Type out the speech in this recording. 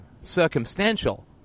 circumstantial